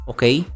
Okay